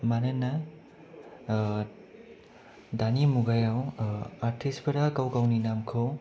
मानोना दानि मुगायाव आर्टिस्टफोरा गाव गावनि नामखौ